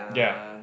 ya